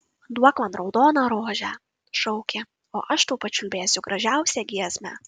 duok man raudoną rožę šaukė o aš tau pačiulbėsiu gražiausią giesmę